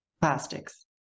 plastics